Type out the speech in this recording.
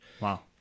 Wow